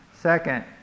Second